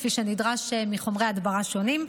כפי שנדרש מחומרי הדברה שונים.